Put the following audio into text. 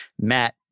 Matt